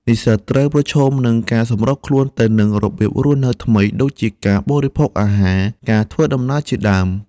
និស្សិតត្រូវប្រឈមនឹងការសម្របខ្លួនទៅនឹងរបៀបរស់នៅថ្មី ដូចជាការបរិភោគអាហារ និងការធ្វើដំណើរជាដើម។